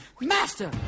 Master